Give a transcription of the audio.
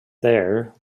there